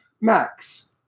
Max